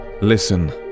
listen